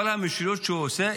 כל המשילות שהוא עושֶׂה,